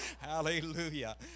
Hallelujah